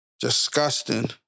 Disgusting